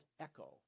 Echo